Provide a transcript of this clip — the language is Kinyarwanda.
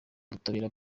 butabera